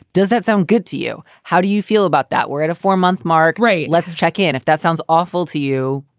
does that sound good to you? how do you feel about that? we're at a four month mark, right. let's check in if that sounds awful to you.